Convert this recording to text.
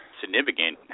significant